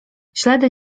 ślady